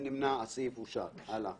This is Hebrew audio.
הצבעה בעד רוב נגד אין נמנעים אין סעיף 12(2) נתקבל.